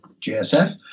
GSF